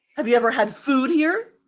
have you ever had food here?